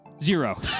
Zero